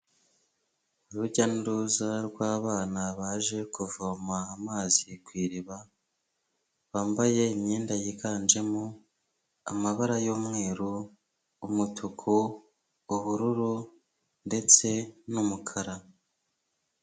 Urujya n'uruza rw'abana baje kuvoma amazi ku iriba, bambaye imyenda yiganjemo amabara y'umweru, umutuku, ubururu ndetse n'umukara.